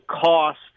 cost